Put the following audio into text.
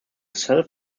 self